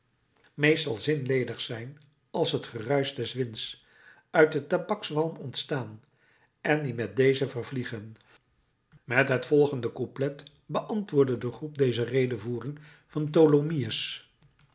meestal zinledig zijn als het geruisch des winds uit den tabakswalm ontstaan en die met dezen vervliegen met het volgende couplet beantwoordde de groep deze redevoering van